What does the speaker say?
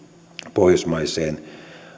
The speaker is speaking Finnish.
pohjoismaisen